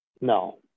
No